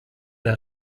der